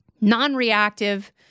non-reactive